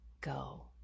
go